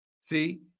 See